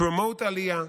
promote Aliyah.